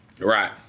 Right